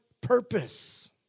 purpose